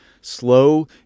slow